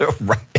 Right